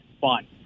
fun